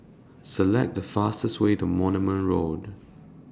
Select The fastest Way to Moulmein Road